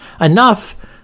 enough